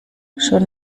schon